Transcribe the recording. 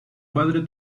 padre